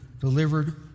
delivered